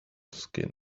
skin